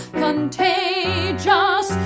contagious